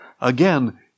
Again